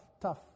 tough